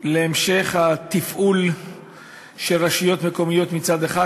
להמשך התפעול של הרשויות המקומיות מצד אחד,